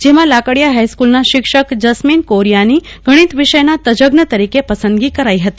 જેમાં લાકડીયા હાઈસ્કલ ના શિક્ષક જસ્મીન કોરીયાની ગણિત વિષયના તજજ્ઞ તરીકે પસંદગી કરાઈ હતી